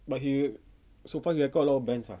but he so far he records a lot of bands ah